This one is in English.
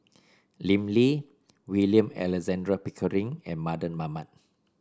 Lim Lee William Alexander Pickering and Mardan Mamat